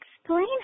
explain